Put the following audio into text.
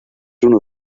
uno